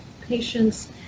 patients